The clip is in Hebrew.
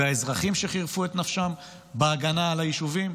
והאזרחים שחירפו את נפשם בהגנה על היישובים.